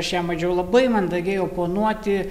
aš jam bandžiau labai mandagiai oponuoti